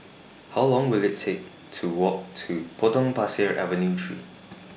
How Long Will IT Take to Walk to Potong Pasir Avenue three